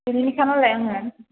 बेनिनोखा नालाय आङो